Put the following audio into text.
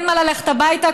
אין מה ללכת הביתה,